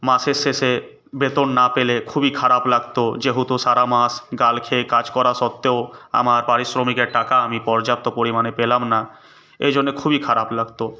মাসের শেষে বেতন না পেলে খুবই খারাপ লাগতো যেহেতু সারা মাস গাল খেয়ে কাজ করা সত্ত্বেও আমার পারিশ্রমিকের টাকা আমি পর্যাপ্ত পরিমাণে পেলাম না এজন্যে খুবই খারাপ লাগতো